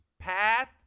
path